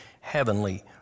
heavenly